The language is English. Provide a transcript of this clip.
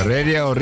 Radio